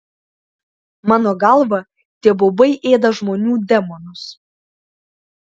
mano galva tie baubai ėda žmonių demonus